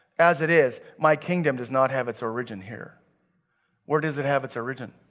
as it is, my kingdom does not have its origin here where does it have its origin?